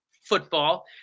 football